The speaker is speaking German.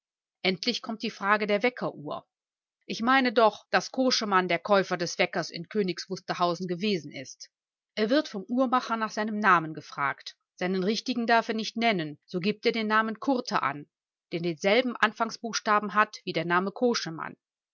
endlich kommt die frage der weckeruhr ich meine doch daß koschemann der käufer des weckers kers in königs wusterhausen gewesen ist er wird vom uhrmacher nach seinem namen gefragt seinen richtigen darf er nicht nennen so gibt er den namen kurte an der denselben anfangsbuchstaben hat wie der name